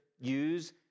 use